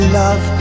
love